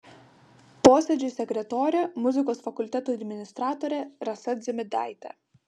posėdžio sekretorė muzikos fakulteto administratorė rasa dzimidaitė